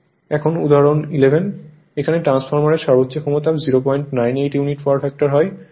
এখন উদাহরণ 11 এখানে ট্রান্সফরমারের সর্বোচ্চ ক্ষমতা 098 ইউনিট পাওয়ার ফ্যাক্টর 15 KVA